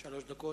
שלוש דקות.